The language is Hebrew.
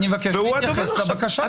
אני מבקש להתייחס לבקשה שלי.